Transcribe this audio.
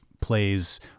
plays